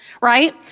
right